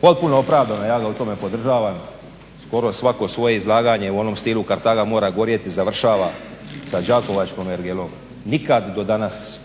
potpuno opravdano ja ga u to podržavam skoro svako svoje izlaganja u stilu Kartaga mora gorjeti završava sa Đakovačkom ergelom. Nikada do danas